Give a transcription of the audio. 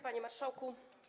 Panie Marszałku!